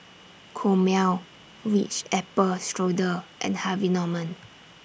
Chomel Ritz Apple Strudel and Harvey Norman